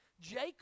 Jacob